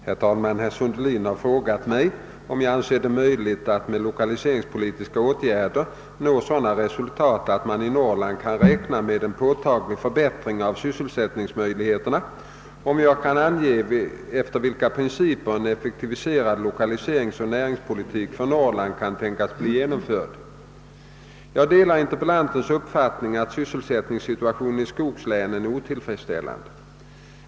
Herr talman! Herr Sundelin har frå gat mig om jag anser det möjligt att med lokaliseringspolitiska åtgärder nå sådana resultat att man i Norrland kan räkna med en påtaglig förbättring av sysselsättningsmöjligheterna och om jag kan ange efter vilka principer en effektiviserad lokaliseringsoch näringspolitik för Norrland kan tänkas bli genomförd. Jag delar interpellantens uppfattning att sysselsättningssituationen i skogslänen är otillfredsställande.